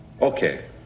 Okay